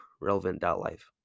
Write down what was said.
relevant.life